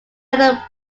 are